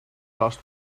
last